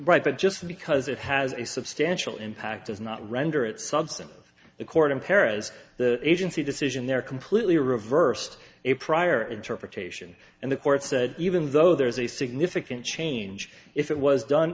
right but just because it has a substantial impact does not render it substance the court in paris the agency decision there completely reversed a prior interpretation and the court said even though there is a significant change if it was done